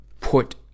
put